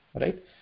right